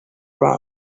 round